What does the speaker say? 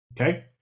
Okay